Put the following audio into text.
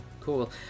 Cool